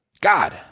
God